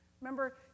Remember